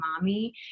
mommy